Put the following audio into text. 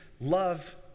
love